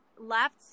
left